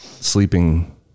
sleeping